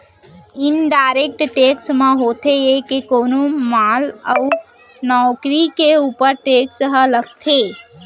indirect tax म होथे ये के कोनो माल अउ नउकरी के ऊपर टेक्स ह लगथे